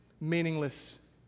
meaningless